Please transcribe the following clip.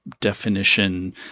definition